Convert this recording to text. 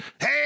Hey